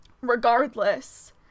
regardless